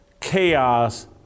chaos